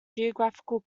geographical